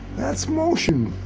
that's motion!